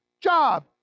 job